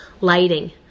lighting